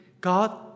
God